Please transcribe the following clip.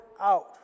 out